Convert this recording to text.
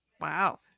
wow